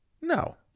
No